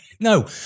No